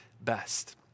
best